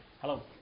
Hello